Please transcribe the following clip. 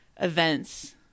events